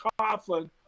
Coughlin